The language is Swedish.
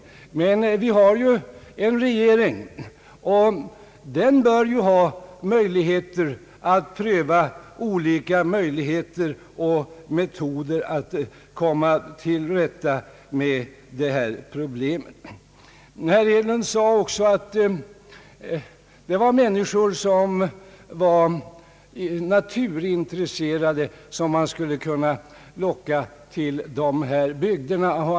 Men vi har ju en regering, och den bör kunna pröva olika möjligheter och metoder att komma till rätta med detta problem. Herr Hedlund sade också att det var naturintresserade människor som man skulle kunna locka till de här bygderna.